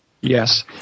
Yes